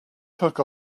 took